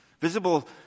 Visible